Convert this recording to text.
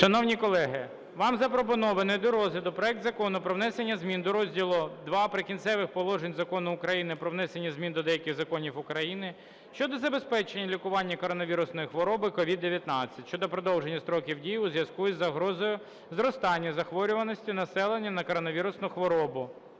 Шановні колеги, вам запропонований до розгляду проект Закону про внесення змін до розділу ІІ "Прикінцеві положення" Закону України "Про внесення змін до деяких законів України щодо забезпечення лікування коронавірусної хвороби (COVID-19)" (щодо продовження строку дії у зв'язку із загрозою зростання захворюваності населення на коронавірусну хворобу.